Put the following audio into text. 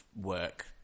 work